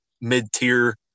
mid-tier